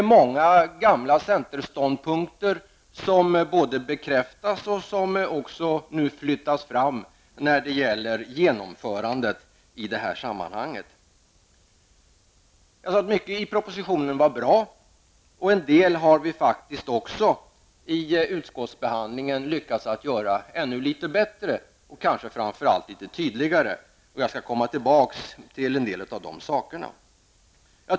Många gamla centerståndpunkter både bekräftas och flyttas fram när det gäller genomförandet i detta sammanhang. Mycket i propositionen är alltså bra. En del har ju faktiskt utskottsbehandlingen lyckats göra ännu litet bättre, kanske framför allt litet tydligare. Jag skall komma tillbaka till dessa saker.